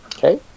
okay